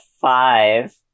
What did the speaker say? five